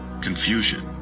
confusion